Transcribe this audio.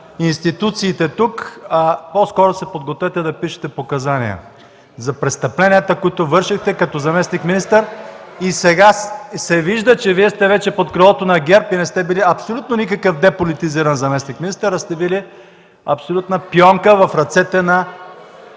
институциите, а по-скоро се подгответе да пишете показания за престъпленията, които вършехте като заместник-министър. (Шум и реплики от ГЕРБ.) Защото сега се вижда, че Вие сте под крилото на ГЕРБ и не сте били абсолютно никакъв деполитизиран заместник-министър, а сте били абсолютна пионка в ръцете на